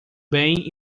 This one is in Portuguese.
bem